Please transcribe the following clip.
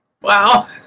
Wow